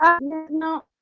no